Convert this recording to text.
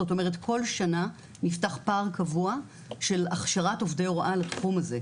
זאת אומרת כל שנה נפתח פער קבוע של הכשרת עובדי הוראה לתחום הזה.